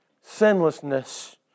sinlessness